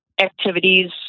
activities